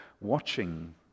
watching